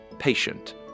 patient